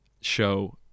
show